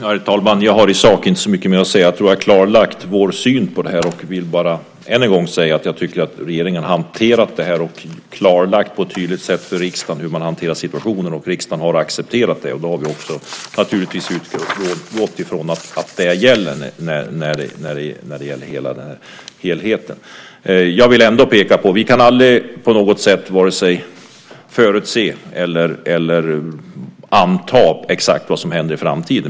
Herr talman! Jag har i sak inte så mycket mer att säga. Jag har klarlagt vår syn på detta. Jag vill än en gång säga att jag tycker att regeringen på ett tydligt sätt har klarlagt för riksdagen hur man har hanterat situationen, och riksdagen har accepterat det. Vi har utgått från att det gäller i helheten. Vi kan aldrig på något sätt förutse eller anta exakt vad som händer i framtiden.